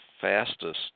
fastest